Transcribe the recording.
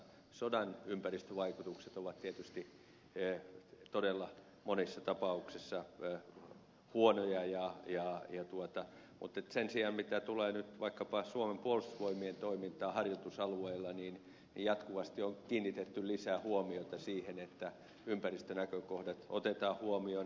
sodan ympäristövaikutukset ovat tietysti todella monissa tapauksissa huonoja mutta sen sijaan mitä tulee vaikkapa suomen puolustusvoimien toimintaan harjoitusalueella jatkuvasti on kiinnitetty lisää huomiota siihen että ympäristönäkökohdat otetaan huomioon